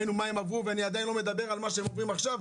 ראינו מה הם עברו ואני עדיין לא מדבר על מה שהם עוברים עכשיו,